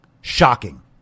Shocking